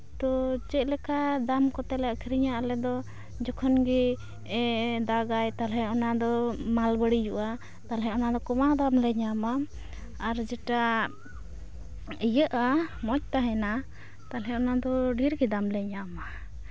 ᱛᱚ ᱪᱮᱫ ᱞᱮᱠᱟ ᱫᱟᱢ ᱠᱚᱛᱮᱞᱮ ᱟᱠᱷᱨᱤᱧᱟ ᱟᱞᱮ ᱫᱚ ᱡᱚᱠᱷᱚᱱᱜᱮ ᱫᱟᱜᱽ ᱟᱭ ᱛᱟᱦᱚᱞᱮ ᱚᱱᱟᱫᱚ ᱢᱟᱞ ᱵᱟᱹᱲᱤᱡᱚᱜᱼᱟ ᱛᱟᱦᱚᱞᱮ ᱚᱱᱟᱫᱚ ᱠᱚᱢᱟ ᱫᱟᱢᱞᱮ ᱧᱟᱢᱟ ᱟᱨ ᱡᱮᱴᱟ ᱤᱭᱟᱹᱜᱼᱟ ᱢᱚᱡᱽ ᱛᱟᱦᱮᱱᱟ ᱛᱟᱦᱚᱞᱮ ᱚᱱᱟᱫᱚ ᱰᱷᱮᱨᱜᱮ ᱫᱟᱢᱞᱮ ᱧᱟᱢᱟ